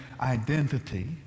identity